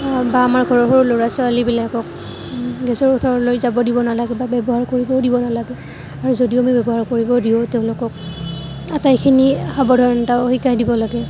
বা আমাৰ ঘৰৰ সৰু ল'ৰা ছোৱালীবিলাকক গেছৰ ওচৰলৈ যাব দিব নালাগে বা ব্যৱহাৰ কৰিবও দিব নালাগে আৰু যদিও আমি ব্যৱহাৰ কৰিবও দিওঁ তেওঁলোকক আটাইখিনি সাৱধানতাও শিকাই দিব লাগে